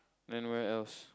then where else